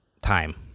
time